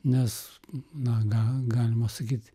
nes na ga galima sakyt